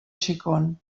xicon